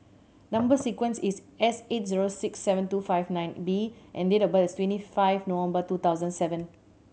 number sequence is S eight zero six seven two five nine B and date of birth is twenty five November two thousand seven